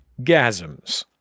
Gasms